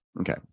Okay